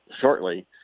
shortly